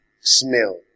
smell